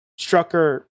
Strucker